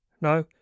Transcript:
No